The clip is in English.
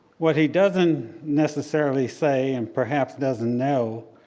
what he doesn't necessarily say, and perhaps doesn't know,